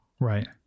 Right